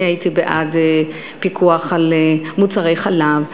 אני הייתי בעד פיקוח על מחירי מוצרי חלב.